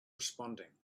responding